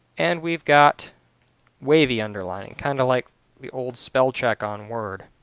and we've got wavy underlining, kind of like the old spell check on word.